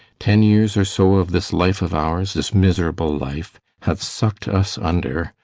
ten years or so of this life of ours, this miserable life, have sucked us under,